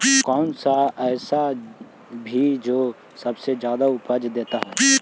कौन सा ऐसा भी जो सबसे ज्यादा उपज देता है?